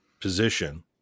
position